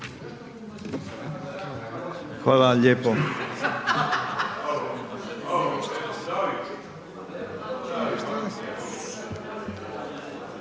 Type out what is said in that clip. hvala lijepo, hvala vam